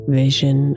vision